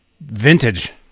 Vintage